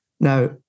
Now